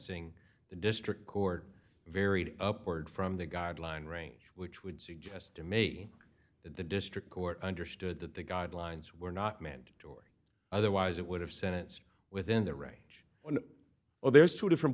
sentencing the district court varied upward from the guideline range which would suggest to me that the district court understood that the guidelines were not mandatory otherwise it would have sentenced within that range well there's two different